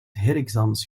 herexamens